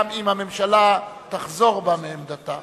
גם אם הממשלה תחזור בה מעמדתה.